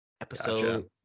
episode